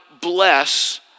bless